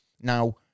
Now